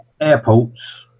airports